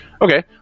Okay